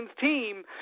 team